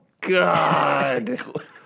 god